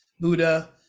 Buddha